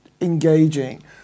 engaging